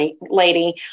lady